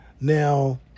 Now